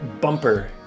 Bumper